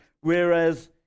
whereas